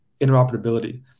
interoperability